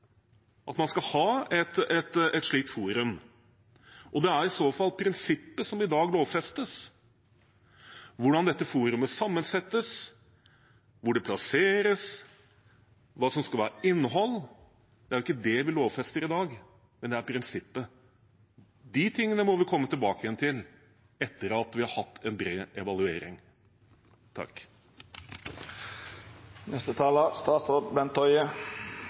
at man skal ha et slikt forum. Og det er i så fall prinsippet som i dag lovfestes. Hvordan dette forumet settes sammen, hvor det plasseres, hva som skal være innholdet – det er ikke det vi lovfester i dag, men det er prinsippet. De tingene må vi komme tilbake til etter at vi har hatt en bred evaluering.